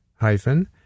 hyphen